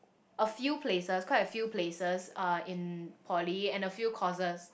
a few places quite a few places uh in poly and a few courses